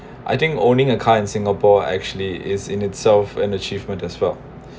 I think owning a car in singapore actually is in itself an achievement as well